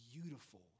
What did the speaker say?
beautiful